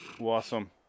Awesome